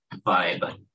vibe